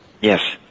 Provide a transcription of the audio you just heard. Yes